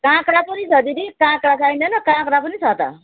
काँक्रा पनि छ दिदी काँक्रा चाहिँदैन काँक्रा पनि छ त